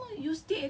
ya and then like